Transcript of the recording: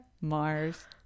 mars